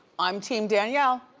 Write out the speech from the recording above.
i'm team danielle.